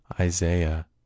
Isaiah